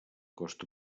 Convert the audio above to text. costa